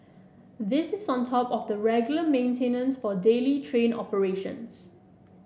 this is on top of the regular maintenance for daily train operations